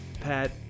Pat